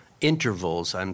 intervals